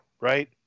Right